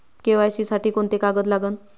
KYC साठी कोंते कागद लागन?